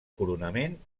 coronament